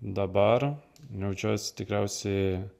dabar jaučiuosi tikriausiai